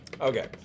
Okay